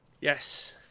Yes